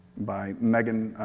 by megan,